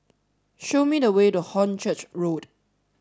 show me the way to Hornchurch Road